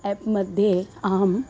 app मध्ये अहं